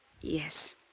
Yes